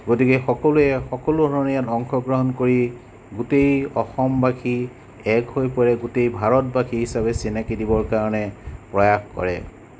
গতিকে সকলোয়ে সকলো ধৰণে ইয়াত অংশগ্ৰহণ কৰি গোটেই অসমবাসী এক হৈ পৰে গোটেই ভাৰতবাসী হিচাপে চিনাকি দিবৰ কাৰণে প্ৰয়াস কৰে